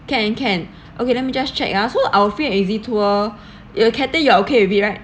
can can okay let me just check ah so our free and easy tour it'll cathay you are okay with it right